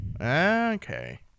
Okay